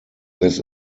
this